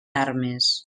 armes